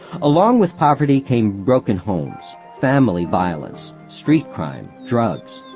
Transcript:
along with poverty came broken homes, family violence, street crime, drugs.